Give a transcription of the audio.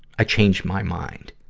i change my mind.